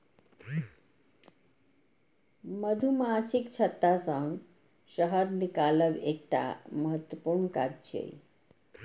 मधुमाछीक छत्ता सं शहद निकालब एकटा महत्वपूर्ण काज छियै